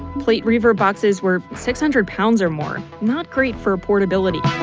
plate reverb boxes were six hundred pounds or more. not great for portability.